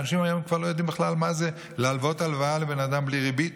אנשים היום כבר לא יודעים בכלל להלוות הלוואה לבן אדם בלי ריבית,